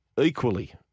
equally